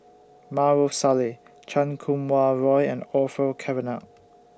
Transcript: Maarof Salleh Chan Kum Wah Roy and Orfeur Cavenagh